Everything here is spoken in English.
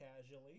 casually